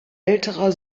älterer